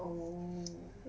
oh